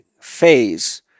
phase